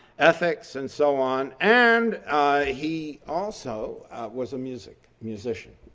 ethics and so on. and he also was a music musician.